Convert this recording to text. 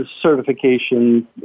certification